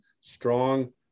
strong